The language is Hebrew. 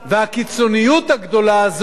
איפה, והקיצוניות הגדולה הזאת